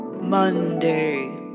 Monday